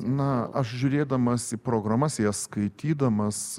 na aš žiūrėdamas į programas jas skaitydamas